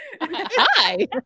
Hi